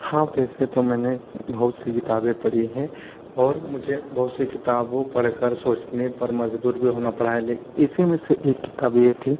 हाँ वैसे तो मैंने बहुत सी किताबें पढ़ी हैं और मुझे बहुत सी किताबों पढ़ कर सोचने पर मज़बूर भी होना पड़ा है लेक इसी में से एक किताब यह थी